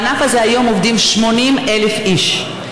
בענף הזה היום עובדים 80,000 איש,